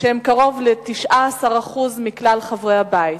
שהן קרוב ל-19% מכלל חברי הבית.